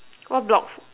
what block